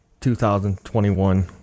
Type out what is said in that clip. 2021